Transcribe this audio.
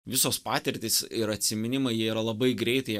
visos patirtys ir atsiminimai jie yra labai greitai